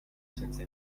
senza